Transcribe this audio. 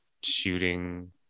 shooting